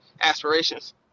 aspirations